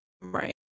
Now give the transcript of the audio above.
Right